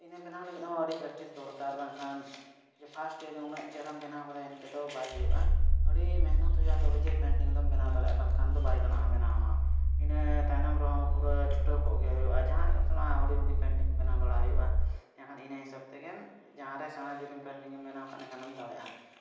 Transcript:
ᱤᱱᱟᱹ ᱵᱮᱱᱟᱣ ᱞᱟᱹᱜᱤᱫ ᱦᱚᱸ ᱟᱹᱰᱤ ᱯᱨᱮᱠᱴᱤᱥ ᱫᱚᱨᱠᱟᱨ ᱵᱟᱝᱠᱷᱟᱱ ᱫᱚ ᱯᱷᱟᱥᱴ ᱴᱟᱹᱭᱤᱢ ᱩᱱᱟᱹᱜ ᱪᱮᱦᱨᱟᱧ ᱵᱮᱱᱟᱣ ᱠᱮᱫᱟ ᱤᱱᱠᱟᱹ ᱛᱮᱫᱚ ᱵᱟᱭ ᱦᱩᱭᱩᱜᱼᱟ ᱟᱹᱰᱤ ᱢᱮᱦᱱᱚᱛ ᱦᱩᱭᱩᱜᱼᱟ ᱛᱚᱵᱮ ᱡᱮ ᱡᱟᱹᱱᱤᱡ ᱯᱮᱱᱴᱤᱝ ᱫᱚᱢ ᱵᱮᱱᱟᱣ ᱫᱟᱲᱮᱭᱟᱜᱼᱟ ᱵᱟᱝᱠᱷᱟᱱ ᱫᱚ ᱵᱟᱭ ᱜᱟᱱᱚᱜᱼᱟ ᱵᱮᱱᱟᱣ ᱦᱚᱸ ᱤᱱᱟᱹ ᱛᱟᱭᱚᱢ ᱨᱮᱦᱚᱸ ᱪᱷᱩᱴᱟᱹᱣ ᱠᱚᱜᱼᱜᱮ ᱦᱩᱭᱩᱜᱼᱟ ᱡᱟᱦᱟᱸ ᱞᱮᱠᱟ ᱦᱩᱰᱤᱧ ᱦᱩᱰᱤᱧ ᱯᱮᱱᱴᱤᱝ ᱠᱚ ᱵᱮᱱᱟᱣ ᱵᱟᱲᱟ ᱦᱩᱭᱩᱜᱼᱟ ᱮᱱᱠᱷᱟᱱ ᱤᱱᱟᱹ ᱦᱤᱥᱟᱹᱵᱽ ᱛᱮᱜᱮ ᱡᱟᱦᱟᱸ ᱨᱮ ᱥᱮᱬᱟ ᱡᱩᱫᱤ ᱯᱮᱱᱴᱤᱝ ᱮᱢ ᱵᱮᱱᱟᱣ ᱠᱷᱟᱱ ᱮᱸᱰᱮᱠᱷᱟᱱᱮᱢ ᱫᱟᱲᱮᱭᱟᱜᱼᱟ